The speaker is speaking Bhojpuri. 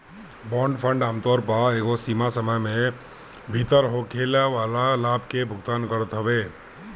बांड फंड आमतौर पअ एगो समय सीमा में भीतर होखेवाला लाभ के भुगतान करत हवे